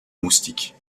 moustiques